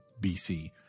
BC